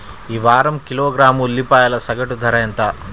ఈ వారం కిలోగ్రాము ఉల్లిపాయల సగటు ధర ఎంత?